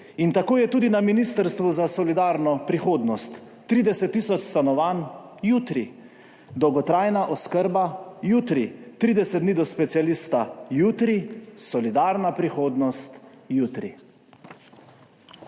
In tako je tudi na Ministrstvu za solidarno prihodnost 30 tisoč stanovanj jutri, dolgotrajna oskrba jutri, 30 dni do specialista jutri, solidarna prihodnost jutri.